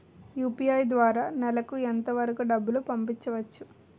UPI ద్వారా నెలకు ఎంత వరకూ డబ్బులు పంపించవచ్చు?